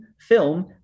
film